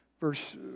Verse